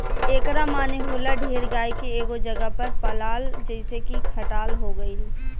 एकरा माने होला ढेर गाय के एगो जगह पर पलाल जइसे की खटाल हो गइल